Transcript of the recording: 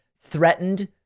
threatened